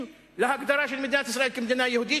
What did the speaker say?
להגדרה של מדינת ישראל כמדינה יהודית,